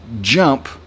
jump